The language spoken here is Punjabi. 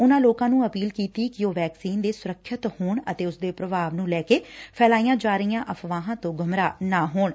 ਉਨਾਂ ਲੋਕਾਂ ਨੂੰ ਅਪੀਲ ਕੀਤੀ ਕਿ ਉਹ ਵੈੱਕਸੀਨ ਦੇ ਸੁਰੱਖਿਅਤ ਹੋਣ ਅਤੇ ਉਸ ਦੇ ਪੁਭਾਵ ਨੂੰ ਲੈ ਕੇ ਫੈਲਾਈਆਂ ਜਾ ਰਹੀਆਂ ਅਫ਼ਵਾਹਾਂ ਤੋਂ ਗੁੰਮਰਾਹ ਨਾ ਹੋਣ